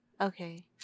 Okay